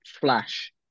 flash